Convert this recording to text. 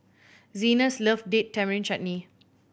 Zenas loves Date Tamarind Chutney